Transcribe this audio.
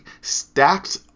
stacked